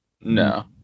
no